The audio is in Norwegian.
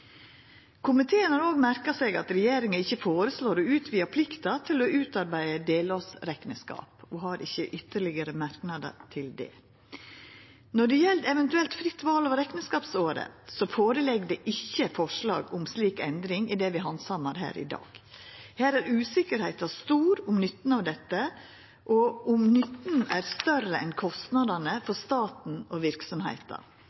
Komiteen har òg merkt seg at regjeringa ikkje føreslår å utvida plikta til å utarbeide delårsrekneskap og har ikkje ytterlegare merknader til det. Når det gjeld eventuelt fritt val av rekneskapsåret, føreligg det ikkje forslag om slik endring i det vi handsamar her i dag. Her er usikkerheita stor om nytten av dette og om nytten er større enn